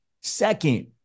Second